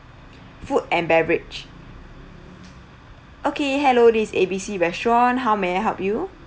food and beverage okay hello this A_B_C restaurant how may I help you